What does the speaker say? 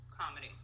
comedy